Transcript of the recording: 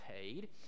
paid